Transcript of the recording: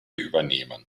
übernehmen